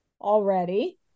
already